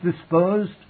disposed